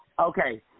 Okay